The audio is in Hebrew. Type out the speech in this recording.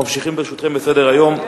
אדוני היושב-ראש,